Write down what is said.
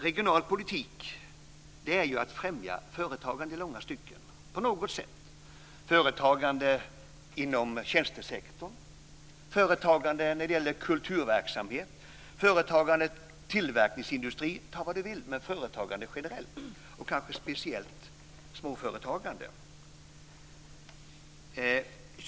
Regional politik är ju i långa stycken att främja företagande generellt - inom tjänstesektorn, inom kulturverksamhet, inom tillverkningsindustri osv. - och kanske speciellt småföretagande.